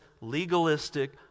legalistic